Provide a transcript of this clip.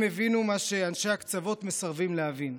הם הבינו מה שאנשי הקצוות מסרבים להבין: